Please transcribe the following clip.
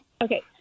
Okay